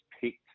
picked